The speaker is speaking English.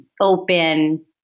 open